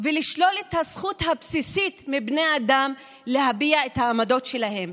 ולשלול את הזכות הבסיסית של בני האדם להביע את העמדות שלהם.